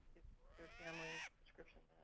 their family's prescription